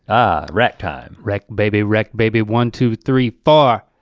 ah wreck time. wreck baby, wreck baby, one, two, three, four.